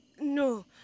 No